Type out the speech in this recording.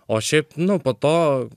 o šiaip nu po to